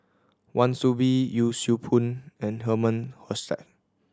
Wan Soon Bee Yee Siew Pun and Herman Hochstadt